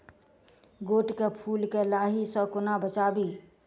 गोट केँ फुल केँ लाही सऽ कोना बचाबी?